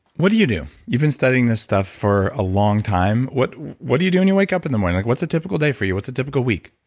what do you do? you've been studying this stuff for a long time. what what do you do when you wake up in the morning like, what's a typical day for you? what's a typical week?